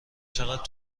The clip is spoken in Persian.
چقدر